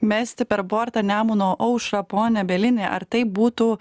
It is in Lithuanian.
mesti per bortą nemuno aušrą pone bielini ar tai būtų